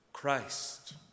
Christ